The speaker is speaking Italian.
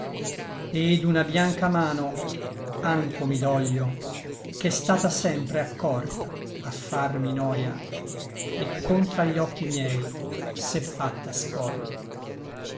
et d'una bianca mano ancho mi doglio ch'è stata sempre accorta a farmi noia et contra gli occhi miei s'è fatta scoglio